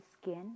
skin